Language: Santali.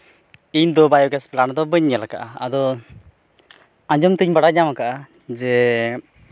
ᱤᱧᱫᱚ ᱵᱟᱭᱳᱜᱮᱥ ᱯᱞᱟᱱᱴ ᱵᱟᱹᱧ ᱧᱮᱞ ᱟᱠᱟᱜᱼᱟ ᱟᱫᱚ ᱟᱸᱡᱚᱢᱛᱤᱧ ᱵᱟᱰᱟᱭ ᱧᱟᱢ ᱟᱠᱟᱫᱟ ᱡᱮ